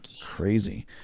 Crazy